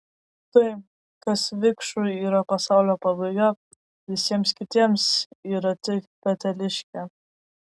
tai kas vikšrui yra pasaulio pabaiga visiems kitiems yra tik peteliškė